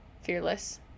Fearless